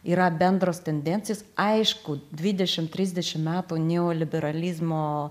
yra bendros tendencijos aišku dvidešim trisdešim metų neoliberalizmo